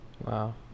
wow